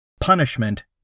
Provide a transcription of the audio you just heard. punishment